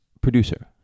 producer